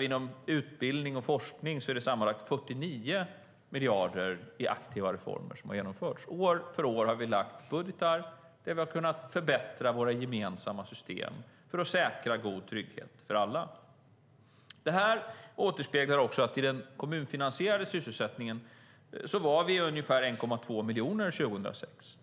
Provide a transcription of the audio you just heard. Inom utbildning och forskning är det sammanlagt 49 miljarder i aktiva reformer som har genomförts. År för år har vi lagt fram budgetar där vi kunnat förbättra våra gemensamma system för att säkra god trygghet för alla. Det här återspeglas också av att det var ungefär 1,2 miljoner personer i den kommunfinansierade sysselsättningen 2006.